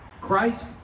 Christ